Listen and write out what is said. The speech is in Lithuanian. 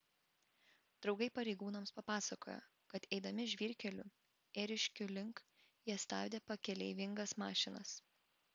draugai pareigūnams papasakojo kad eidami žvyrkeliu ėriškių link jie stabdė pakeleivingas mašinas